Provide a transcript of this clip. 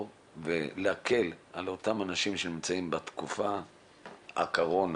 ולהקל על אותם אנשים שנמצאים בתקופת הקורונה.